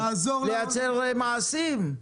לייצר מעשים.